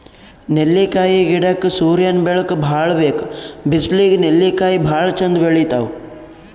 ನೆಲ್ಲಿಕಾಯಿ ಗಿಡಕ್ಕ್ ಸೂರ್ಯನ್ ಬೆಳಕ್ ಭಾಳ್ ಬೇಕ್ ಬಿಸ್ಲಿಗ್ ನೆಲ್ಲಿಕಾಯಿ ಭಾಳ್ ಚಂದ್ ಬೆಳಿತಾವ್